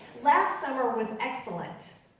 last summer was excellent.